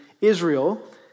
Israel